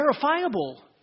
verifiable